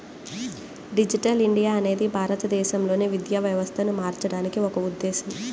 digital India అనేది భారతదేశంలోని విద్యా వ్యవస్థను మార్చడానికి ఒక ఉద్ధేశం